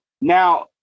Now